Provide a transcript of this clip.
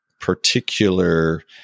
particular